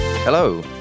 Hello